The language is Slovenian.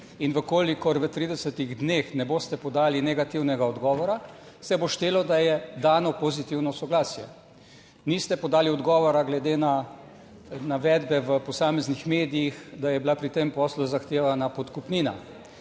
in v kolikor v 30 dneh ne boste podali negativnega odgovora, se bo štelo, da je dano pozitivno soglasje. Niste podali odgovora glede na navedbe v posameznih medijih, da je bila pri tem poslu zahtevana podkupnina.